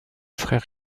frères